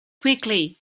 quickly